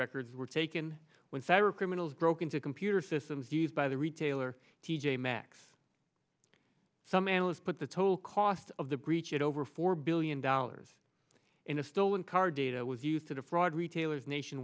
records were taken when cyber criminals broke into computer systems used by the retailer t j maxx some analysts put the total cost of the breach at over four billion dollars in a stolen card data was used to defraud retailers nation